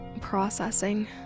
processing